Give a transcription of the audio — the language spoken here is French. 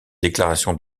déclaration